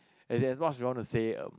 as in as much you want to say um